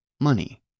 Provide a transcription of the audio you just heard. money